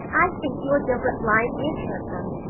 i think your gilbert blythe is handsome,